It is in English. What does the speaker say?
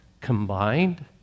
combined